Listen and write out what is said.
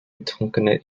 betrunkene